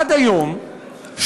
עד היום,